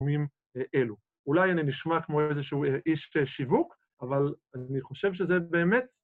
‫במקומים אלו. ‫אולי אני נשמע כמו איזשהו איש שיווק, ‫אבל אני חושב שזה באמת...